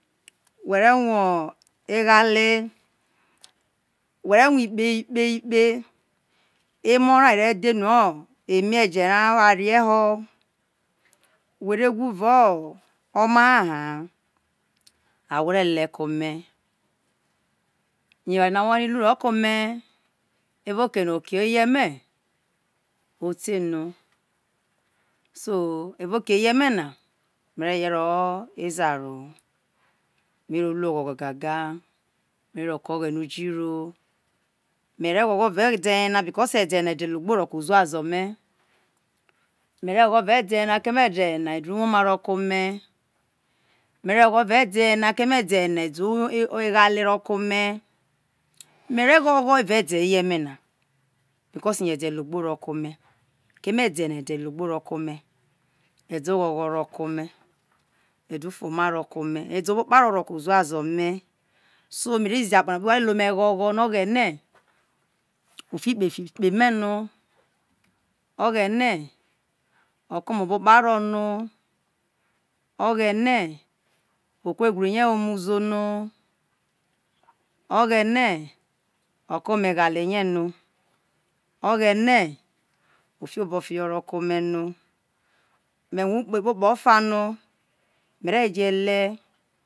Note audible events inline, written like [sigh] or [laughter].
[unintelligible] we̱re̱ wo̱ egna̱le ve enikpe̱ ikpe emo ra are̱ dhe̱ enu eme̱je̱ ra a warie ho whe re wa le ko ome, yo̱ eware mo owane luro̱ ke ome erau oke no oke eye̱ me ote no so evao oke eye̱ me na me re re̱ ie ro̱ zaro ho mero̱ ke o̱ghene ujiro mere gho gho évao ede ye na because ede ye na yo̱ ede̱ wgbo ro ke uzuazo̱ me me̱re̱ gho gho evao ede̱ yena ede uwome ro̱ ke̱ ome̱ me̱re̱ ghogho evao ede ye na keme ededu e egnale ro̱ ke̱ ome̱ me̱re̱ ghogho evao ede eye me̱ na keme̱ ede ye̱ na yo̱ ede logb roke ome̱ keme̱ ede̱ ye na e̱de̱ logbo ro ke̱ ome̱ e̱de̱ ogho̱gho or ke̱ ome̱ ede̱ obo̱ kparo̱ ro̱ ke̱ uzua zo̱ me̱ so mere zize akpo na jpobi re a lele ome̱ ghogho o fi ikpe fi ikре o̱ghene o̱fi oko me obo kparo o̱ghem of ogrene oku ewriye othe wo orme uzo no oshine okome eghale je no ari obofino re oghine of ko me no, me rue ukpe kpokpo of a no me̱re̱ je̱ le̱.